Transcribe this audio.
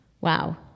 Wow